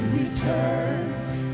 returns